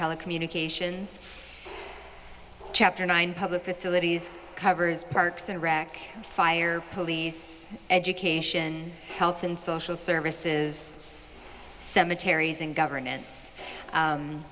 telecommunications chapter nine public facilities covers parks and rec fire police education health and social services cemeteries and governance